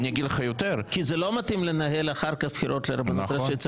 לא מתאים לנהל אחר כך בחירות לרבנות הראשית,